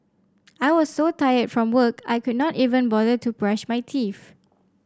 I was so tired from work I could not even bother to brush my teeth